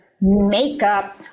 makeup